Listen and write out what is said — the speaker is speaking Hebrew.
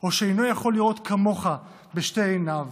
או שאינו יכול לראות כמוך בשתי עיניו.